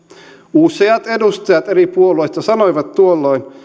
useat edustajat eri puolueista sanoivat tuolloin